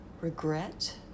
regret